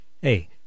hey